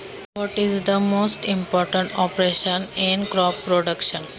पीक उत्पादनातील सर्वात महत्त्वाचे ऑपरेशन कोणते आहे?